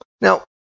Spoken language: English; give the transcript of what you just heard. Now